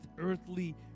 earthly